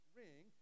ring